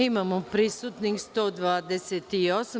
Imamo prisutnih 128.